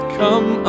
come